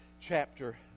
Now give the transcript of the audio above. chapter